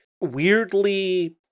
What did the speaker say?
weirdly